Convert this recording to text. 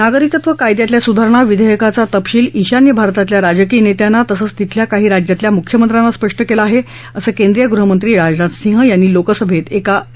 नागरिकत्व कायद्यातल्या सुधारणा विधेयकाचा तपशील ईशान्य भारतातल्या राजकीय नेत्यांना तसंच तिथल्या काही राज्यातल्या मुख्यमंत्र्यांना स्पष्ट केला आहे असं केंद्रीय गृहमंत्री राजनाथ सिंग यांनी लोकसभेत एका लेखी उत्तरात स्पष्ट केलं